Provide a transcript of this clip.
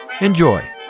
Enjoy